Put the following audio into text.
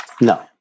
No